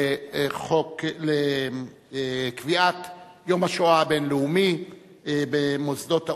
של קביעת יום השואה הבין-לאומי במוסדות האו"ם,